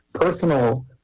Personal